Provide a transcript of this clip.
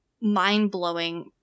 mind-blowing